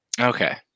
Okay